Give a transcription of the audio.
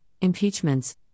impeachments